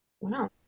Wow